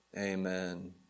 Amen